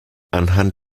anhand